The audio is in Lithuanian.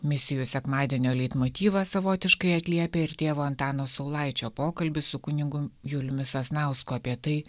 misijų sekmadienio leitmotyvą savotiškai atliepia ir tėvo antano saulaičio pokalbis su kunigu juliumi sasnausku apie tai